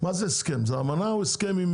מה זה, זה אמנה או הסכם?